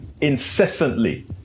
incessantly